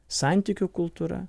santykių kultūra